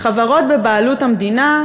חברות בבעלות המדינה.